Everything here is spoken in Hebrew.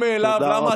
ולמה